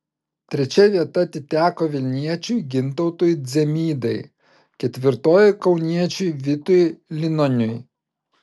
trečia vieta atiteko vilniečiui gintautui dzemydai ketvirtoji kauniečiui vitui linoniui